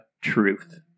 truth